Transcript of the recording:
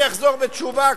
אני אחזור בתשובה,